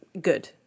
good